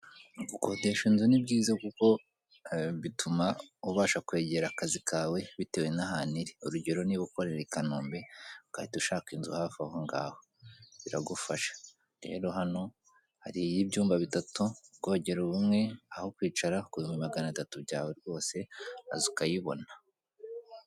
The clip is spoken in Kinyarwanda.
Gukodesha inzu ni byiza kuko bituma ubasha kwegera akazi kawe bitewe n'ahantu iri. urugero niba ukorera i Kanombe ugahita ushaka inzu hafi aho ngaho biragufasha. Rero hano hari iy'ibyumba bitatu, ubwogero bumwe, aho kwicara, ku bihumbi magana atatu rwose ukaza ukayobona.